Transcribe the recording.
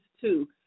two